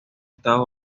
estados